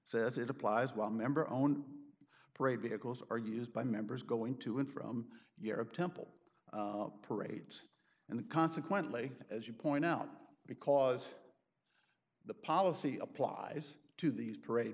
says it applies one member own freight vehicles are used by members going to and from europe temple parades and consequently as you point out because the policy applies to these parade